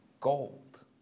gold